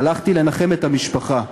הלכתי לנחם את המשפחה,